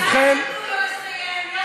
אולי תיתנו לו לסיים?